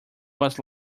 was